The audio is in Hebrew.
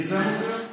מי זה?